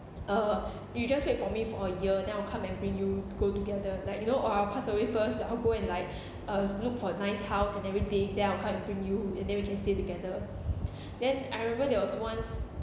uh you just wait for me for a year then I'll come and bring you go together like you know or I'll pass away first I'll go and like uh look for nice house and everything then I'll come and bring you and then we can stay together then I remember there was once